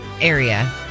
area